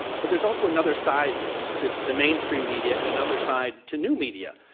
but there's also another side to to mainstream media and another side to new media.